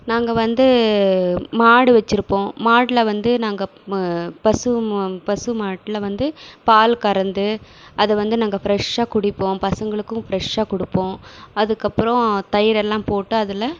நாங்கள் வந்து மாடு வச்சிருப்போம் மாட்ல வந்து நாங்கள் மு பசு மு பசு மாட்ல வந்து பால் கறந்து அதை வந்து நாங்கள் ஃப்ரெஷ்ஷாக குடிப்போம் பசங்களுக்கும் ஃப்ரெஷ்ஷாக கொடுப்போம் அதுக்கப்பறோம் தயிரெல்லாம் போட்டு அதில்